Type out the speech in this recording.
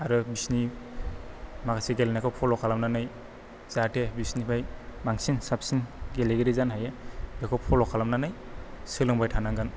आरो बिसोरनि माखासे गेलेनायखौ फल' खालामनानै जाहाथे बिसोरनिफ्राय बांसिन साबसिन गेलेगिरि जानो हायो बेखौ फल' खालामनानै सोलोंबाय थानांगोन